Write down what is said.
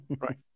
Right